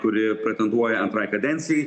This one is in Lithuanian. kuri pretenduoja antrai kadencijai